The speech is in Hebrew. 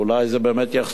אולי זה באמת יחסוך,